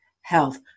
health